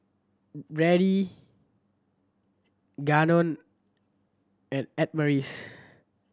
Brandyn Gannon and Adamaris